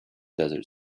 desert